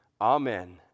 Amen